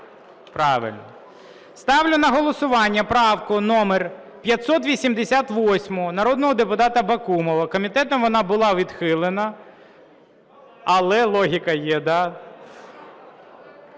Правильно. Ставлю на голосування правку номер 588 народного депутата Бакумова. Комітетом вона була відхилена. Але логіка є, так?